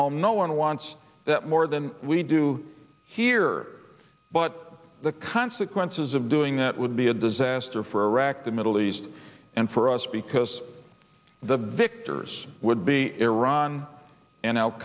home no one wants that more than we do here but the consequences of doing that would be a disaster for wrecked the middle east and for us because the victors would be iran and al